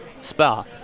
Spa